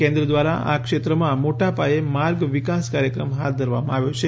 કેન્દ્ર દ્વારા આ ક્ષેત્રમાં મોટા પાયે માર્ગ વિકાસ કાર્યક્રમ હાથ ધરવામાં આવ્યો છે